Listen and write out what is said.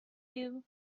you